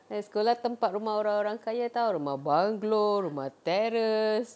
eh sekolah tempat rumah orang-orang kaya tahu rumah banglo rumah teres